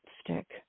stick